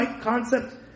concept